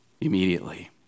immediately